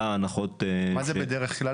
מה זה בדרך כלל?